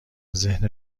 ذهن